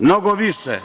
Mnogo više.